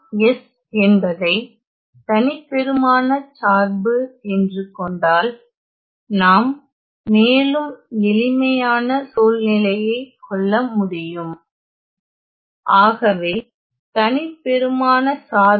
F என்பதை தனிப்பெறுமானச்சார்பு என்று கொண்டால் நாம் மேலும் எளிமையான சூழ்நிலையை கொள்ள முடியும் ஆகவே தனிப்பெறுமானச்சார்பு